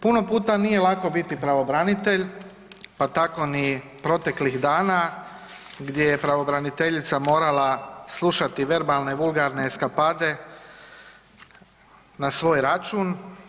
Puno puta nije lako biti pravobranitelj, pa tako ni proteklih dana gdje je pravobraniteljica morala slušati verbalne vulgarne eskapade na svoj račun.